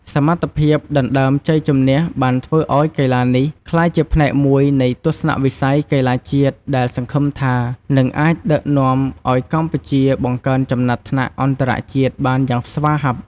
សមត្ថភាពដណ្តើមជ័យជម្នះបានធ្វើឲ្យកីឡានេះក្លាយជាផ្នែកមួយនៃទស្សនវិស័យកីឡាជាតិដែលសង្ឃឹមថានឹងអាចដឹកនាំឲ្យកម្ពុជាបង្កើនចំណាត់ថ្នាក់អន្តរជាតិបានយ៉ាងស្វាហាប់។